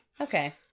Okay